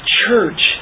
church